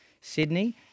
Sydney